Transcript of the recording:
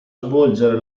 svolgere